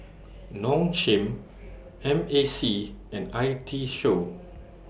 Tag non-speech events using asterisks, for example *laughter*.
*noise* Nong Shim M A C and I T Show